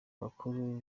bakuru